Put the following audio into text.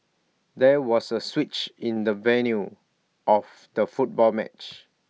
there was A switch in the venue of the football match